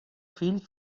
fill